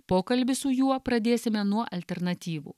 pokalbį su juo pradėsime nuo alternatyvų